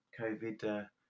COVID